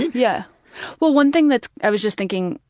yeah well one thing that i was just thinking,